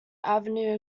avenue